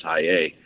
IA